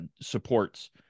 supports